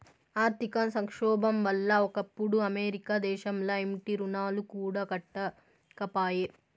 ఆర్థిక సంక్షోబం వల్ల ఒకప్పుడు అమెరికా దేశంల ఇంటి రుణాలు కూడా కట్టకపాయే